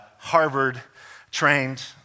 Harvard-trained